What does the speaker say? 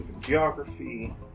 Geography